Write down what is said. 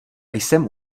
jsem